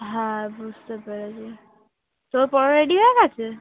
হ্যাঁ বুঝতে পেরেছি তোর পড়া রেডি হয়ে গিয়েছে